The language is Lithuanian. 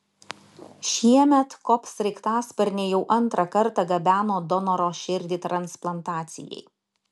šiemet kop sraigtasparniai jau antrą kartą gabeno donoro širdį transplantacijai